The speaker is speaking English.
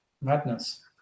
Madness